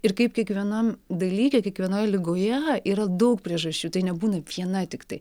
ir kaip kiekvienam dalyke kiekvienoj ligoje yra daug priežasčių tai nebūna viena tiktai